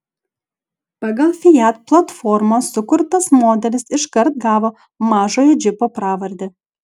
pagal fiat platformą sukurtas modelis iškart gavo mažojo džipo pravardę